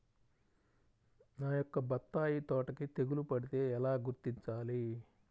నా యొక్క బత్తాయి తోటకి తెగులు పడితే ఎలా గుర్తించాలి?